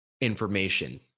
information